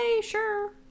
sure